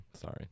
Sorry